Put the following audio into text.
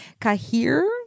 Kahir